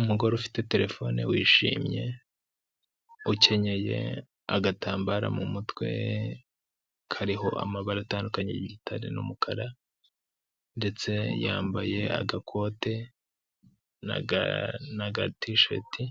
Umugore ufite terefone wishimye ukenyeye agatambaro mu mutwe kariho amabara atandukanye yigitari n'umukara ndetse yambaye agakote n'agatisheti,